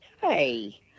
Hey